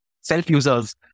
self-users